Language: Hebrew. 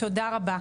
תודה רבה.